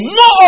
no